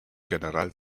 general